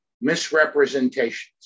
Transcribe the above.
misrepresentations